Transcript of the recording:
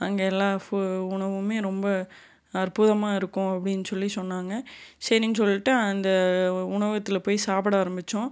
அங்கே எல்லாம் ஃபு உணவுமே ரொம்ப அற்புதமாக இருக்கும் அப்படின்னு சொல்லி சொன்னாங்க சரின்னு சொல்லிட்டு அந்த உணவகத்தில் போய் சாப்பிட ஆரம்மிச்சோம்